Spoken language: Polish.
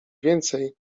więcej